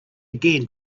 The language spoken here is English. again